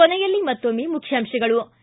ಕೊನೆಯಲ್ಲಿ ಮತ್ತೊಮ್ನೆ ಮುಖ್ಯಾಂಶಗಳು